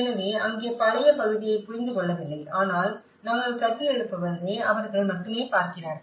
எனவே அங்கே பழைய பகுதியைப் புரிந்து கொள்ளவில்லை ஆனால் நாங்கள் கட்டியெழுப்புவதை அவர்கள் மட்டுமே பார்க்கிறார்கள்